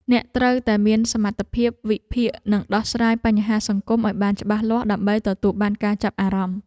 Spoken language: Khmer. អ្នកត្រូវតែមានសមត្ថភាពវិភាគនិងដោះស្រាយបញ្ហាសង្គមឱ្យបានច្បាស់លាស់ដើម្បីទទួលបានការចាប់អារម្មណ៍។